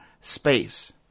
space